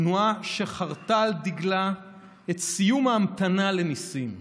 תנועה שחרתה על דגלה את סיום ההמתנה לניסים,